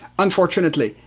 unfortunately,